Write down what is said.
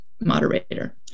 Moderator